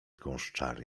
gąszczary